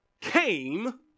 came